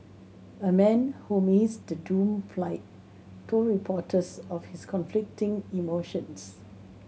a man who missed the doomed flight told reporters of his conflicting emotions